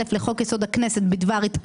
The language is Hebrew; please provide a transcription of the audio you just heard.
מי בעד, מי נגד, מי נמנע?